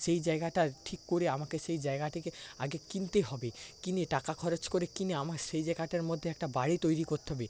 সেই জায়গাটা ঠিক করে আমাকে সেই জায়গাটিকে আগে কিনতে হবে কিনে টাকা খরচ করে কিনে আমার সেই জায়গাটার মধ্যে একটা বাড়ি তৈরি করতে হবে